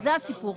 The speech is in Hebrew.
זה הסיפור.